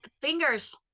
fingers